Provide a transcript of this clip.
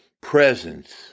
presence